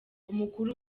umukuru